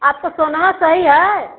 आपका सोना सही है